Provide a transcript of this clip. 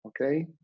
okay